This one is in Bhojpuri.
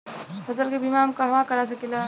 फसल के बिमा हम कहवा करा सकीला?